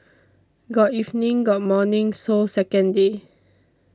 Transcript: got evening got morning so second day